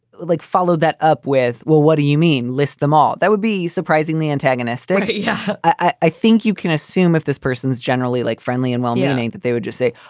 like, followed that up with, well, what do you mean list them all? that would be surprisingly antagonistic. yeah, i think you can assume if this person is generally like friendly and well-meaning that they would just say,